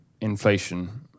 inflation